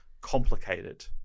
complicated